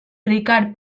ricard